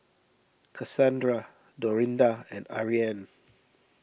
Kassandra Dorinda and Ariane